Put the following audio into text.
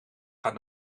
gaat